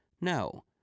No